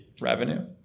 revenue